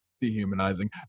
dehumanizing